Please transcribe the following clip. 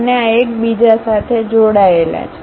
અને આ એકબીજા સાથે જોડાયેલા છે